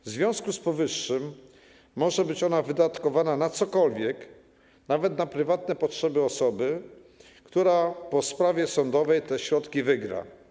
W związku z powyższym może być ona wydatkowana na cokolwiek, nawet na prywatne potrzeby osoby, która po wygranej sprawie sądowej te środki otrzyma.